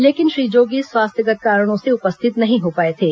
लेकिन श्री जोगी स्वास्थ्यगत् कारणों से उपस्थित नहीं हो पाए थे